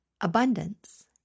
abundance